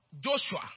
Joshua